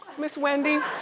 miss. wendy,